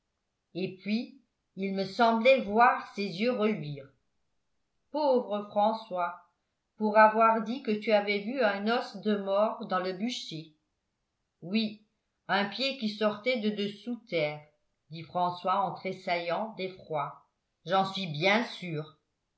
et puis il me semblait voir ses yeux reluire pauvre françois pour avoir dit que tu avais vu un os de mort dans le bûcher oui un pied qui sortait de dessous terre dit françois en tressaillant d'effroi j'en suis bien sûr